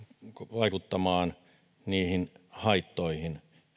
vaikuttamaan haittoihin